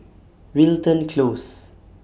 Wilton Close